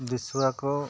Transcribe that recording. ᱵᱤᱥᱚᱣᱟ ᱠᱚ